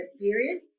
period